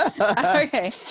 Okay